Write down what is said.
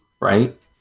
right